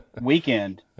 weekend